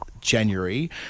January